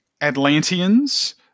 Atlanteans